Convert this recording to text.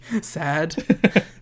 sad